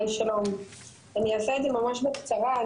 אני אעשה את זה ממש בקצרה.